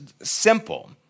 simple